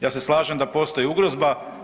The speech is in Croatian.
Ja se slažem da postoji ugrozba.